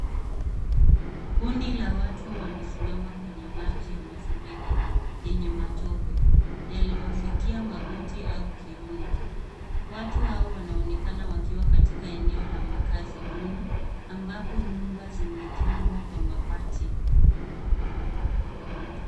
Kundi la watu wamesimama kwenye maji ya mafuriko yenye matope, yaliwafikia magoti au kiuno. Watu hawa wanaonekana wakiwa katika eneo la makazi duni ambapo nyumba zimejengwa kwa mabati.